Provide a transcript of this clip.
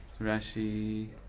Rashi